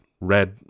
Red